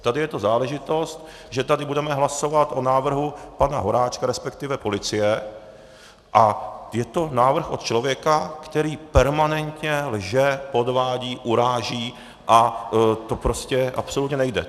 Tady je to záležitost, že tady budeme hlasovat o návrhu pana Horáčka, resp. policie, a je to návrh od člověka, který permanentně lže, podvádí, uráží, a to prostě absolutně nejde.